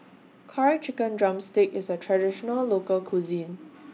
Curry Chicken Drumstick IS A Traditional Local Cuisine